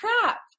crap